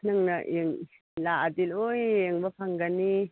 ꯅꯪꯅ ꯂꯥꯛꯑꯗꯤ ꯂꯣꯏꯅ ꯌꯦꯡꯕ ꯐꯪꯒꯅꯤ